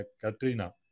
Katrina